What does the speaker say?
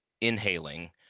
inhaling